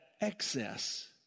excess